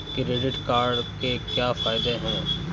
Credit card के क्या फायदे हैं?